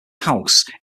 house